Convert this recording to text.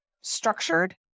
structured